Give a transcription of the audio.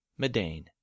Medane